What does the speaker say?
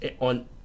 on